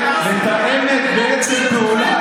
מתאמת בעצם פעולה,